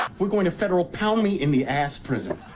we're going to federal pound me in the ass prison.